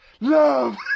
love